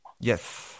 Yes